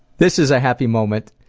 this is a happy moment,